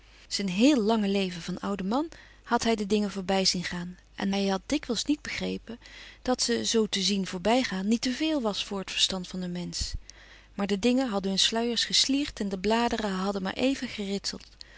zijn heel lange leven van ouden man had hij de dingen voorbij zien gaan en hij had dikwijls niet begrepen dat ze zoo te zien voorbij gaan niet te veel was voor het verstand van een mensch maar de dingen hadden hun sluiers geslierd en de bladeren hadden maar even geritseld